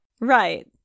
Right